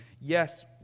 Yes